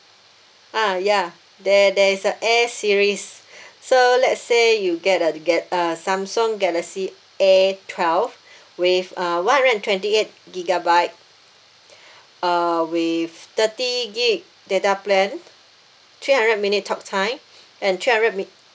ah ya there there is a A series so let's say you get a get uh samsung galaxy A twelve with uh one hundred and twenty eight gigabyte uh with thirty gig data plan three hundred minute talk time and three hundred min~